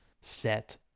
set